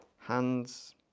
Hands